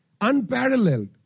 unparalleled